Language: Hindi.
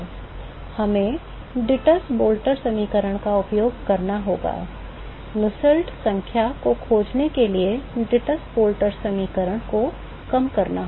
तो हमें Dittus Boelter समीकरण का उपयोग करना होगा Nusselt संख्या को खोजने के लिए Dittus Boelter समीकरण को कम करना होगा